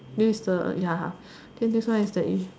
this is the ya I think this one is the